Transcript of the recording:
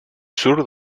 surt